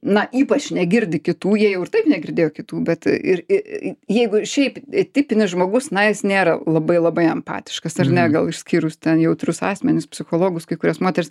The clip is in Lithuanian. na ypač negirdi kitų jie jau ir taip negirdėjo kitų bet ir i jeigu šiaip tipinis žmogus na jis nėra labai labai empatiškas ar ne gal išskyrus ten jautrius asmenis psichologus kai kurias moteris